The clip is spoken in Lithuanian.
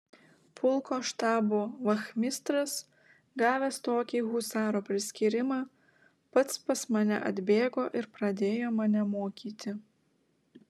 pulko štabo vachmistras gavęs tokį husaro priskyrimą pats pas mane atbėgo ir pradėjo mane mokyti